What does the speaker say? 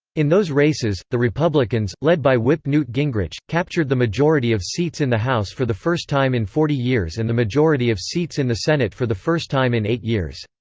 in those races, the republicans, led by whip newt gingrich, captured the majority of seats in the house for the first time in forty years and the majority of seats in the senate for the first time in eight years.